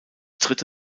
dritte